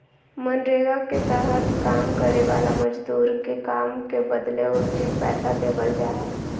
मनरेगा के तहत काम करे वाला मजदूर के काम के बदले उचित पैसा देवल जा हय